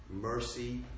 mercy